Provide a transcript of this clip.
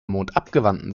mondabgewandten